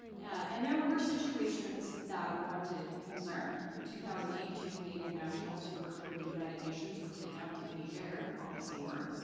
and there were situations that warranted concern. in two thousand and eight, two canadian nationals who worked for the united nations were kidnapped in niger, mali's neighbor.